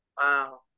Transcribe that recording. Wow